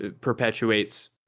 perpetuates